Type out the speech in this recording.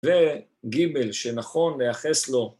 ‫וגיבל, שנכון, נייחס לו.